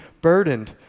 burdened